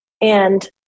And-